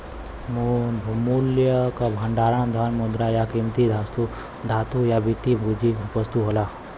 मूल्य क भंडार धन, मुद्रा, या कीमती धातु या वित्तीय पूंजी वस्तु होला